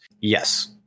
yes